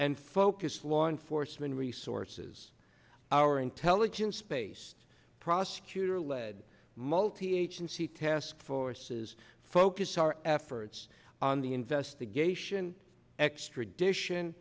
and focus law enforcement resources our intelligence based prosecutor led multi agency task forces focus our efforts on the investigation extradition